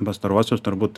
pastaruosius turbūt